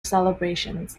celebrations